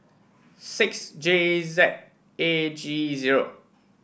six J Z A G zero